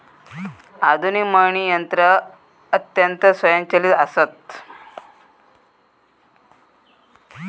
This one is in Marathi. आधुनिक मळणी यंत्रा अत्यंत स्वयंचलित आसत